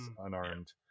unarmed